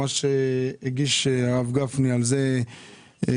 מה שהגיש הרב גפני על זה רביזיה,